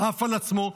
עף על עצמו.